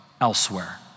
elsewhere